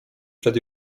przed